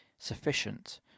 Sufficient